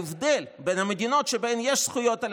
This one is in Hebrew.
ההבדל בין המדינות שבהן יש זכויות על